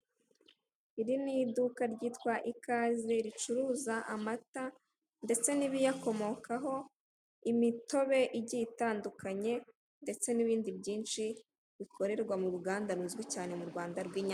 Iri n'iduka ryitwa ikaze ricuruza amata ndetse n'ibiyakomokaho, imitobe igiye itandukanye ndetse n'ibindi byinshi bikorerwa mu ruganda ruzwi cyane mu Rwanda rw'inyanganye.